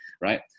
right